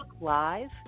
Live